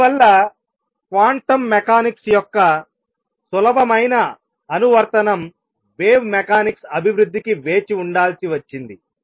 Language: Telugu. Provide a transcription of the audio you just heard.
అందువల్ల క్వాంటం మెకానిక్స్ యొక్క సులభమైన అనువర్తనం వేవ్ మెకానిక్స్ అభివృద్ధికి వేచి ఉండాల్సి వచ్చింది